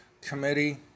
committee